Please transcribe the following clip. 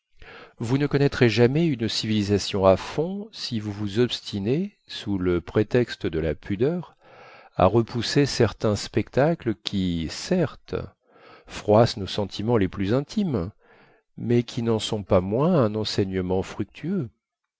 vous ne connaîtrez jamais une civilisation à fond si vous vous obstinez sous le prétexte de la pudeur à repousser certains spectacles qui certes froissent nos sentiments les plus intimes mais qui nen sont pas moins un enseignement fructueux